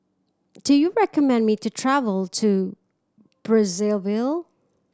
do you recommend me to travel to Brazzaville